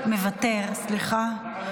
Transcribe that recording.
מוותר, סליחה.